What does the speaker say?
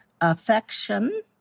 affection